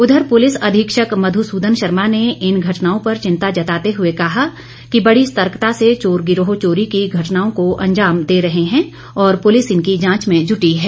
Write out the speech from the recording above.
उधर पुलिस अधीक्षक मधुसूदन शर्मा ने इन घटनाओं पर चिंता जताते हुए कहा कि बड़ी सतर्कता से चोर गिरोह चोरी की घटनाओं को अंजाम दे रहे हैं और पुलिस इनकी जांच में जुटी है